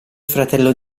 fratello